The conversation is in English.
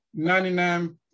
99